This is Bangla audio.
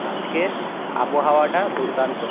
আজকের আবহাওয়াটা দুর্দান্ত